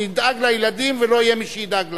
נדאג לילדים ולא יהיה מי שידאג להם.